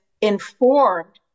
informed